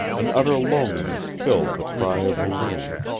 an utter loneliness filled the cry of the loon.